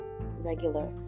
regular